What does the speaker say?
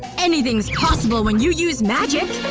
anything's possible when you use magic!